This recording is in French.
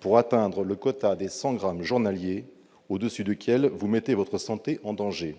pour atteindre le quota des 100 grammes journaliers au-dessus duquel vous mettez votre santé en danger.